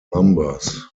numbers